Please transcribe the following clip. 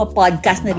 podcast